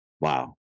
Wow